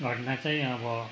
घटना चाहिँ अब